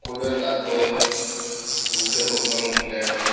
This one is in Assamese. সকলোৱে তাঁত বয় পুৰুষে হওঁক বা মহিলাই হওঁক